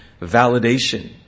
validation